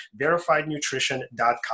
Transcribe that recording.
verifiednutrition.com